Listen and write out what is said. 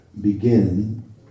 begin